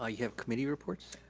ah you have committee reports?